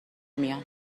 میان